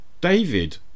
David